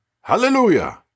Hallelujah